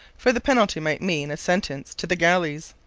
for the penalty might mean a sentence to the galleys.